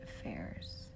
affairs